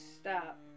stop